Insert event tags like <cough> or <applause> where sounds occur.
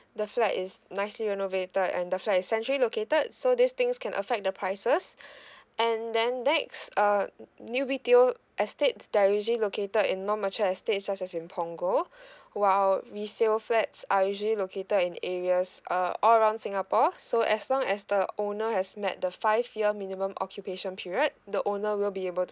the flat is nicely renovated and the flat is centrally located so these things can affect the prices <breath> and then next uh new B_T_O estates they're usually located in non matured estate such as in punggol while resale flats are usually located in areas uh all around singapore so as long as the owner has met the five year minimum occupation period the owner will be able to